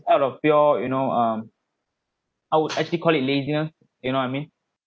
out of pure you know um I would actually call it laziness you know I mean